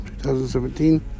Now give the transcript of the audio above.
2017